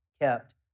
kept